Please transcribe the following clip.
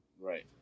Right